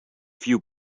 few